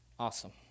Awesome